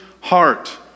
heart